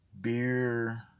Beer